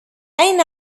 أين